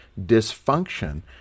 dysfunction